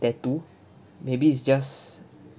tattoo maybe it's just